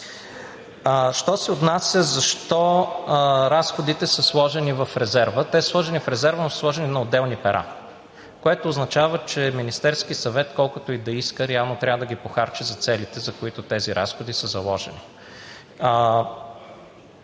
база обеми. Защо разходите са сложени в резерва? Те са сложени в резерва, но са сложени на отделни пера, което означава, че Министерският съвет, колкото и да иска, реално трябва да ги похарчи за целите, за които тези разходи са заложени.